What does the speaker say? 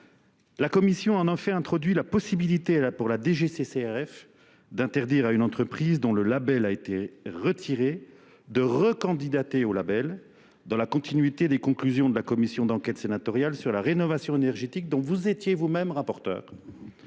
La Commission en a fait introduit la possibilité pour la DGCCRF d'interdire à une entreprise dont le label a été retiré de recandidater au label dans la continuité des conclusions de la Commission d'enquête sénatoriale sur la rénovation énergétique dont vous étiez vous-même rapporteurs.